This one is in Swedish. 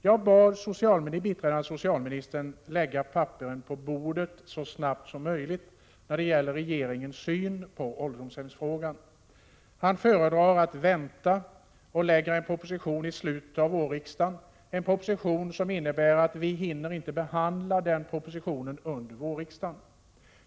Jag bad biträdande socialministern att lägga papperen på bordet så snabbt som möjligt i fråga om regeringens syn på ålderdomshemmen. Han föredrar dock att vänta och presentera en proposition i slutet av vårriksdagen, vilket innebär att vi inte hinner behandla den under vårriksdagen.